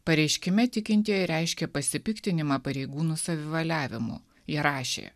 pareiškime tikintieji reiškė pasipiktinimą pareigūnų savivaliavimu jie rašė